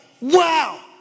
wow